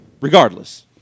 Regardless